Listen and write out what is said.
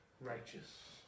righteous